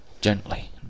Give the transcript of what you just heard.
Gently